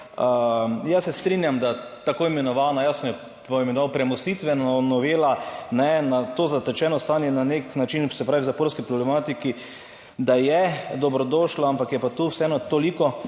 Jaz se strinjam, da tako imenovana, jaz sem jo poimenoval premostitvena novela, ne, na to zatečeno stanje na nek način, se pravi v zaporski problematiki, da je dobrodošla, ampak je pa tu vseeno toliko